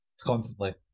Constantly